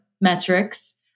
metrics